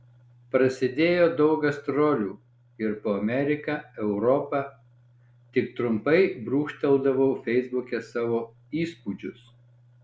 prasidėjo daug gastrolių ir po ameriką europą tik trumpai brūkšteldavau feisbuke savo įspūdžius